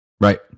Right